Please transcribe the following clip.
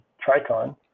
tricon